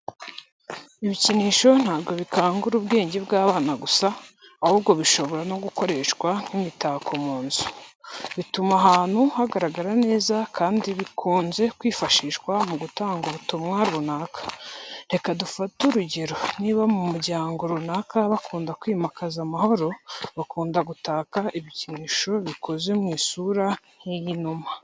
Ibikinisho ntabwo bikangura ubwenge bw'abana gusa, ahubwo bishobora no gukoreshwa nk'imitako mu nzu. Bituma ahantu hagaragara neza kandi bikunze kwifashishwa mu gutanga ubutumwa runaka. Reka dufate urugero, niba mu muryango runaka bakunda kwimakaza amahoro, bakunda gutaka ibikinisho bikoze mu isura nk'iyinuma.